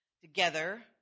together